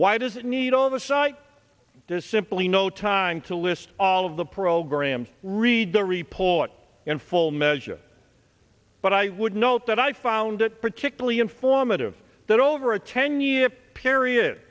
why does it need all the site there's simply no time to list all of the programs read the report in full measure but i would note that i found it particularly informative that over a ten year period